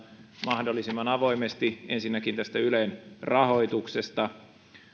mahdollisimman avoimesti ensinnäkin ylen rahoituksesta ja